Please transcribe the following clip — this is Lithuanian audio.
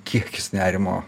kiekis nerimo